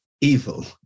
evil